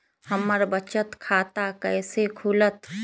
हमर बचत खाता कैसे खुलत?